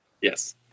Yes